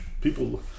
people